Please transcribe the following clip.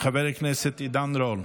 חבר הכנסת עידן רול,